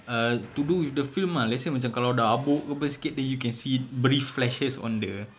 err to do with the film ah let's say macam kalau dah habuk ke apa sikit then you can see brief flashes on the